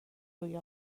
روی